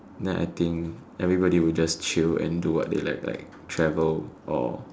then I think everybody will just chill and do what they like like travel or